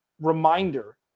reminder